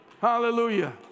Hallelujah